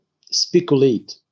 speculate